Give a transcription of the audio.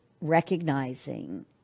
recognizing